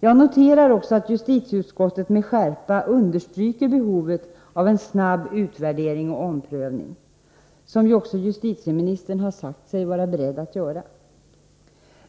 Jag noterar också att justitieutskottet med skärpa understryker behovet av en snabb utvärdering och omprövning, som ju också justitieministern sagt sig vara beredd att göra.